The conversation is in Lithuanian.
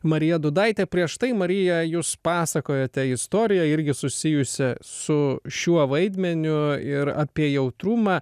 marija dūdaitė prieš tai marija jūs pasakojote istoriją irgi susijusią su šiuo vaidmeniu ir apie jautrumą